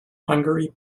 hungary